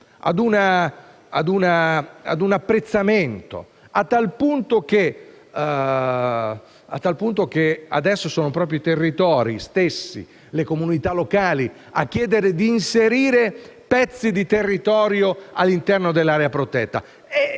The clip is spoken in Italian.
ad un apprezzamento, al punto che adesso sono proprio i territori stessi e le comunità locali a chiedere di inserire pezzi di territorio all'interno dell'area protetta.